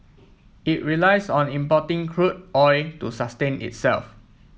it relies on importing crude oil to sustain itself